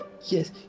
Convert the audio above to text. Yes